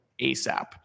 ASAP